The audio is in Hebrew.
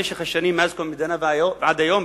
הערבי במשך השנים שמאז קום המדינה ועד היום,